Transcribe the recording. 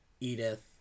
Edith